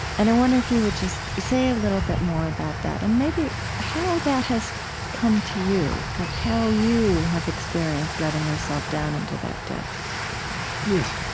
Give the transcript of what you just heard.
and i wonder if you would just say a little bit more about that and maybe how that has come to you, like how you have experienced letting yourself down into that depth yes,